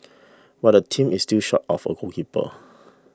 but the team is still short of a goalkeeper